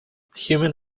human